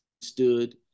stood